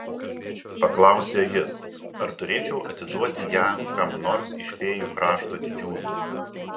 paklausė jis ar turėčiau atiduoti ją kam nors iš fėjų krašto didžiūnų